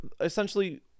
Essentially